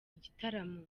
igitaramo